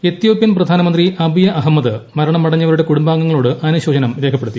Ethiopian പ്രധാനമന്ത്രി Abiy Ahmed മരണമടഞ്ഞവരുടെ കുടുംബാംഗങ്ങളോട് അനുശോചനം രേഖപ്പെ ടുത്തി